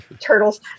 Turtles